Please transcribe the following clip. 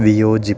വിയോജിപ്പ്